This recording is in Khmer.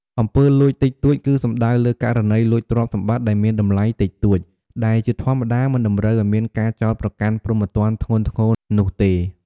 អំពើលួចតិចតួច គឺសំដៅលើ ករណីលួចទ្រព្យសម្បត្តិដែលមានតម្លៃតិចតួច ដែលជាធម្មតាមិនតម្រូវឱ្យមានការចោទប្រកាន់ព្រហ្មទណ្ឌធ្ងន់ធ្ងរនោះទេ។